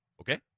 okay